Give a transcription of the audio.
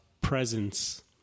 presence